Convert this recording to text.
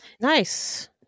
Nice